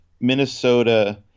Minnesota